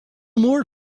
more